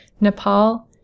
Nepal